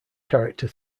character